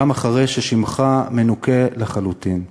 גם אחרי ששמך מנוקה לחלוטין.